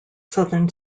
southern